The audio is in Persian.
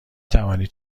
توانید